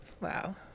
Wow